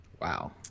Wow